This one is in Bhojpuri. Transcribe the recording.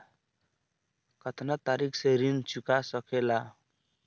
कातना तरीके से ऋण चुका जा सेकला?